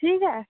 ठीक ऐ